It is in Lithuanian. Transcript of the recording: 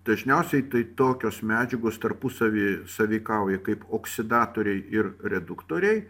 dažniausiai tai tokios medžiagos tarpusavyje sąveikauja kaip oksidatoriai ir reduktoriai